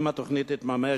אם התוכנית תתממש,